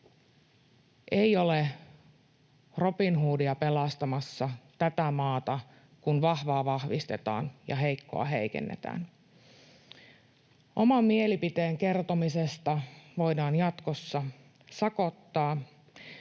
Ei ole Robin Hoodia pelastamassa tätä maata, kun vahvaa vahvistetaan ja heikkoa heikennetään. Oman mielipiteen kertomisesta voidaan jatkossa sakottaa,